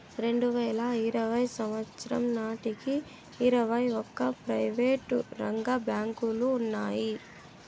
రెండువేల ఇరవై సంవచ్చరం నాటికి ఇరవై ఒక్క ప్రైవేటు రంగ బ్యాంకులు ఉన్నాయి